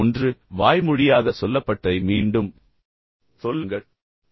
ஒன்று வாய்மொழியாக சொல்லப்பட்டதை மீண்டும் சொல்லுங்கள்